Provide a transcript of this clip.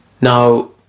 Now